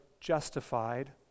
justified